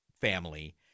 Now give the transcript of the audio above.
family